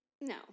No